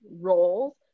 roles